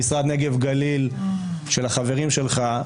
במשרד נגב-גליל של החברים שלך,